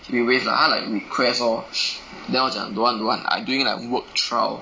should be wave lah 她 like request lor then 我讲 don't want don't want I doing my own work trial